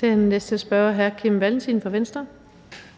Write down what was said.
Den næste spørger er hr. Kim Valentin fra Venstre.